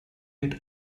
mit